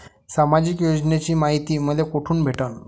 सामाजिक योजनेची मायती मले कोठून भेटनं?